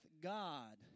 God